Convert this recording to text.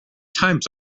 times